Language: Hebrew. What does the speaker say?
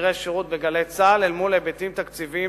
ותשדירי שירות ב"גלי צה"ל" אל מול היבטים תקציביים